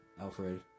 Alfred